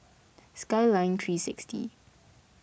Skyline three sixty